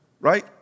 Right